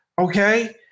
okay